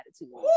attitude